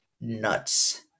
nuts